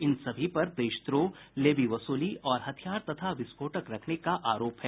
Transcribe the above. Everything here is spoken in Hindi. इन सभी पर देशद्रोह लेवी वसूली और हथियार तथा विस्फोटक रखने का आरोप है